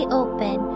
open